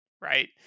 right